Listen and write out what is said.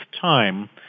time